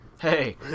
Hey